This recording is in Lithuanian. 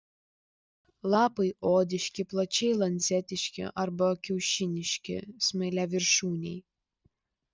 lapai odiški plačiai lancetiški arba kiaušiniški smailiaviršūniai